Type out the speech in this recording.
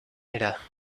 era